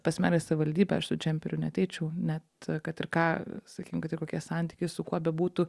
pas merą į savivaldybę aš su džemperiu neateičiau net kad ir ką sakytum kad ir kokie santykiai su kuo bebūtų